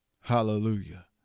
Hallelujah